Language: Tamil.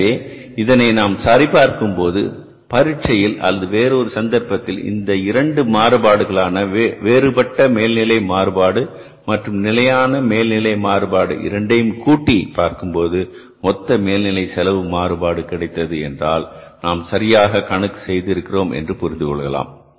எனவே இதனை நாம் சரி பார்க்கும் போது பரிட்சையில் அல்லது வேறு ஒரு சந்தர்ப்பத்தில் இந்த இரண்டு மாறுபாடுகள் ஆன வேறுபட்ட மேல்நிலை மாறுபாடு மற்றும் நிலையான மேல்நிலை மாறுபாடு இரண்டையும் கூட்டி பார்க்கும்போது மொத்த மேல்நிலை செலவு மாறுபாடு கிடைத்தது என்றால் நாம் சரியாக கணக்கு செய்திருக்கிறோம் என்று புரிந்து கொள்ளலாம்